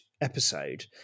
episode